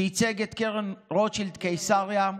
שייצג את קרן רוטשילד קיסריה,